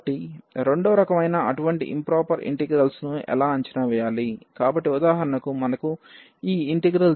కాబట్టి రెండవ రకమైన అటువంటి ఇంప్రొపర్ ఇంటిగ్రల్స్ ను ఎలా అంచనా వేయాలి కాబట్టి ఉదాహరణకు మనకు ఈ 01dx1 x ఉంది